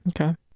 Okay